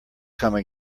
come